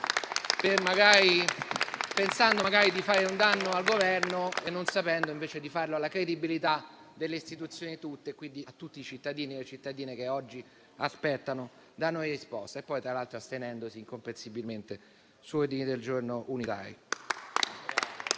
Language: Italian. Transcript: pensando di fare un danno al Governo e non sapendo di farlo invece alla credibilità delle istituzioni tutte e quindi a tutti i cittadini e le cittadine che oggi aspettano da noi risposte, tra l'altro astenendosi incomprensibilmente su ordini del giorno unitari.